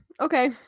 Okay